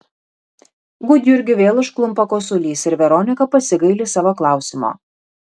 gudjurgį vėl užklumpa kosulys ir veronika pasigaili savo klausimo